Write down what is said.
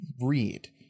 read